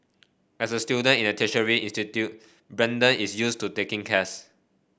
as a student in a tertiary institute Brandon is used to taking